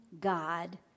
God